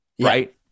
right